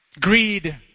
greed